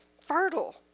fertile